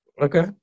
Okay